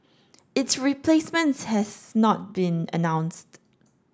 its replacement has not been announced